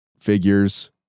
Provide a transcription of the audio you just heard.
figures